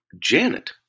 Janet